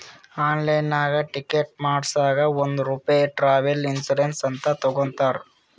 ಆನ್ಲೈನ್ನಾಗ್ ಟಿಕೆಟ್ ಮಾಡಸಾಗ್ ಒಂದ್ ರೂಪೆ ಟ್ರಾವೆಲ್ ಇನ್ಸೂರೆನ್ಸ್ ಅಂತ್ ತಗೊತಾರ್